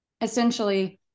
Essentially